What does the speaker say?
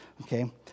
Okay